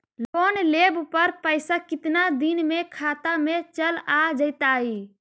Loan लेब पर पैसा कितना दिन में खाता में चल आ जैताई?